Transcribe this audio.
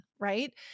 Right